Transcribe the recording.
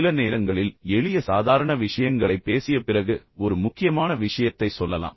சில நேரங்களில் எளிய சாதாரண விஷயங்களைப் பேசிய பிறகு ஒரு முக்கியமான விஷயத்தைச் சொல்லலாம்